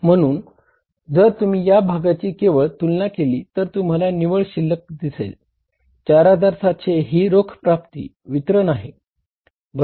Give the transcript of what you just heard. म्हणून जर तुम्ही या भागाची केवळ तुलना केली तर तुम्हाला निव्वळ शिल्लक दिसेल 4700 ही रोख प्राप्ती वितरण आहे बरोबर